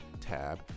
tab